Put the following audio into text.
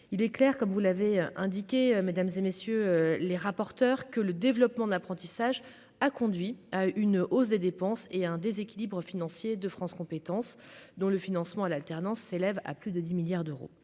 il est clair, comme vous l'avez indiqué mesdames et messieurs les rapporteurs que le développement de l'apprentissage, a conduit à une hausse des dépenses et un déséquilibre financier de France compétences dont le financement à l'alternance s'élève à plus de 10 milliards d'euros,